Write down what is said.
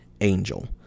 angel